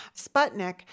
Sputnik